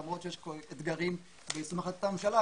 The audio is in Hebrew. למרות שיש כאן אתגרים ביישום החלטת הממשלה,